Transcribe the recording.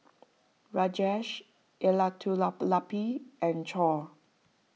Rajesh Elattuvalapil and Choor